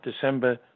December